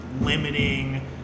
limiting